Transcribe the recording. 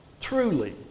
truly